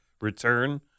return